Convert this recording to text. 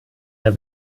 der